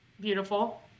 Beautiful